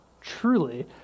Truly